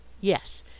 Yes